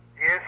Yes